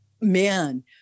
man